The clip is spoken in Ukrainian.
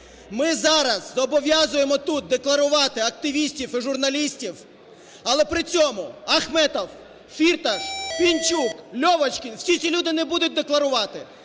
ми зараз зобов'язуємо тут декларувати активістів і журналістів, але при цьому Ахметов, Фірташ, Пінчук, Льовочкін - всі ці люди не будуть декларувати.